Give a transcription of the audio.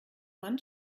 wand